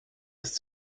ist